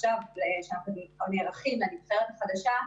עכשיו כשאנחנו נערכים לנבחרת החדשה,